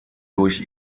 durch